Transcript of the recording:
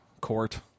Court